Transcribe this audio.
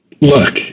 look